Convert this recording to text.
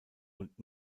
und